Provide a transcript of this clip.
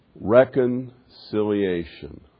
Reconciliation